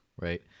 right